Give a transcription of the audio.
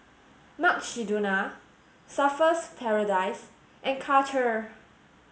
Mukshidonna Surfer's Paradise and Karcher